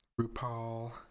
RuPaul